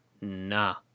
nah